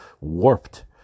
warped